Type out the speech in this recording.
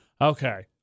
Okay